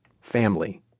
family